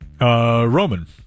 Roman